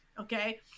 okay